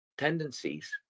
tendencies